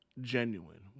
genuine